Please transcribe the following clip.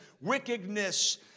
wickedness